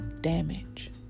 damage